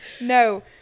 No